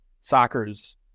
soccer's